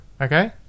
Okay